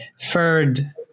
third